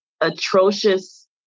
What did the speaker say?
atrocious